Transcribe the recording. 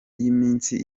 y’iminsi